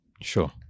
Sure